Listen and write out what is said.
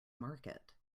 market